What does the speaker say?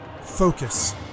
focus